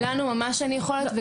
לנו ממש אין יכולת.